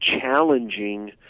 challenging